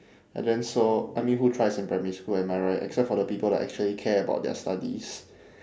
and then so I mean who tries in primary school am I right except for the people that actually care about their studies